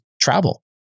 travel